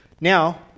Now